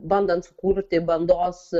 bandant sukurti bandos